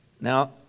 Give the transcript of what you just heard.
Now